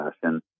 fashion